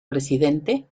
presidente